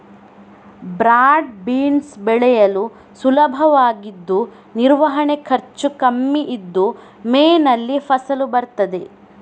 broad beans ಬೆಳೆಯಲು ಸುಲಭವಾಗಿದ್ದು ನಿರ್ವಹಣೆ ಖರ್ಚು ಕಮ್ಮಿ ಇದ್ದು ಮೇನಲ್ಲಿ ಫಸಲು ಬರ್ತದೆ